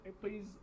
please